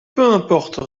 importe